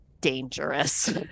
dangerous